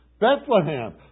Bethlehem